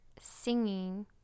singing